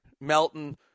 Melton